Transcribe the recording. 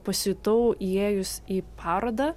pasijutau įėjus į parodą